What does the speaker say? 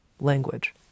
language